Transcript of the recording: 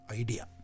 idea